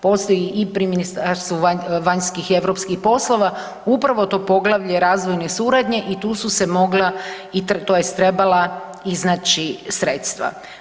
Postoji i pri Ministarstvu vanjskih i europskih poslova upravo to poglavlje razvojne suradnje i tu su se mogla tj. trebala iznaći sredstva.